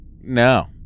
No